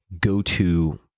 go-to